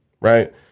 Right